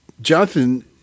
Jonathan